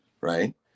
right